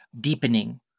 deepening